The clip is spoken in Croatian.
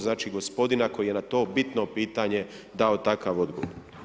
Znači, gospodina koji je na to bitno pitanje dao takav odgovor.